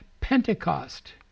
Pentecost